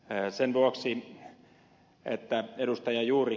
sen vuoksi että ed